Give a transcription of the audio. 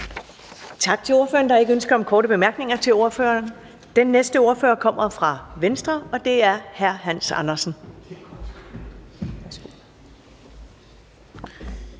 Tak til ordføreren. Der er ikke ønske om korte bemærkninger til ordføreren. Den næste ordfører er fra Dansk Folkeparti, og det er hr. Bent Bøgsted.